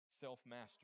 Self-mastery